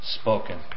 spoken